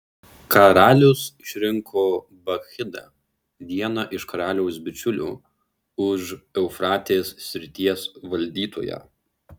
karalius išrinko bakchidą vieną iš karaliaus bičiulių užeufratės srities valdytoją